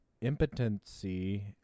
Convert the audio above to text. impotency